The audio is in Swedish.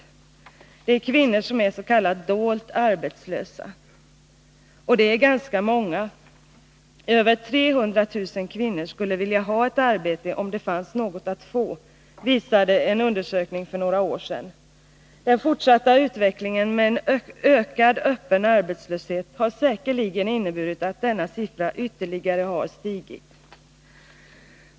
Det är således dessa kvinnor som är s.k. dolt arbetslösa, och det är ganska många. Över 300 000 kvinnor skulle vilja ha ett arbete om det fanns något att få, visade en undersökning för några år sedan. Den fortsatta utvecklingen med en ökad öppen arbetslöshet har säkerligen inneburit att denna siffra ytterligare har stigit.